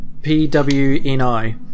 P-W-N-I